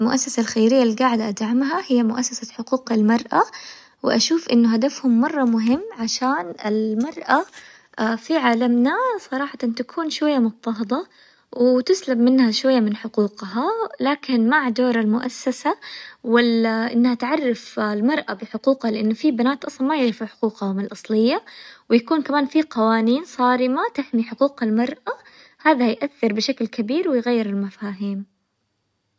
المؤسسة الخيرية اللي قاعدة أدعمها هي مؤسسة حقوق المرأة، وأشوف إنه هدفهم مرة مهم عشان المرأة في عالمنا صراحةً تكون شوية مضطهدة وتسلب منها شوية من حقوقها، لكن مع دور المؤسسة وال- إنها تعرف المرأة بحقوقها لأنه في بنات أصلاً ما يعرفوا حقوقهم الأصلية، ويكون كمان في قوانين صارمة تحمي حقوق المرأة، هذا يأثر بشكل كبير ويغير المفاهيم.